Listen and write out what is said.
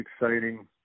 exciting